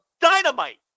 Dynamite